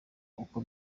uko